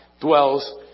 dwells